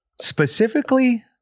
specifically